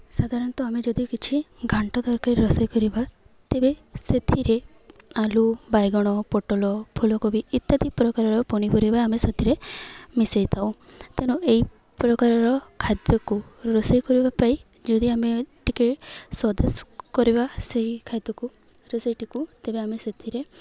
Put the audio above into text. ସାଧାରଣତଃ ଆମେ ଯଦି କିଛି ଘାଣ୍ଟ ତରକାରୀ ରୋଷେଇ କରିବା ତେବେ ସେଥିରେ ଆଳୁ ବାଇଗଣ ପୋଟଳ ଫୁଲକୋବି ଇତ୍ୟାଦି ପ୍ରକାରର ପନିପରିବା ଆମେ ସେଥିରେ ମିଶାଇଥାଉ ତେଣୁ ଏହି ପ୍ରକାରର ଖାଦ୍ୟକୁ ରୋଷେଇ କରିବା ପାଇଁ ଯଦି ଆମେ ଟିକିଏ ସ୍ଵାଦ କରିବା ସେହି ଖାଦ୍ୟକୁ ରୋଷେଇଟିକୁ ତେବେ ଆମେ ସେଥିରେ